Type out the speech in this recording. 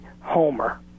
Homer